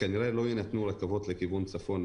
כנראה שלא יינתנו רכבות לכיוון צפון,